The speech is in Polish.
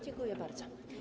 Dziękuję bardzo.